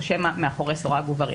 או שמא מאחורי סורג ובריח.